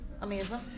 amazing